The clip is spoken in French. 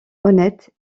honnête